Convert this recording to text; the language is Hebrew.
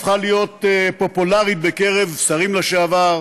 הפכה להיות פופולרית בקרב שרים לשעבר,